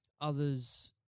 others